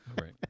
right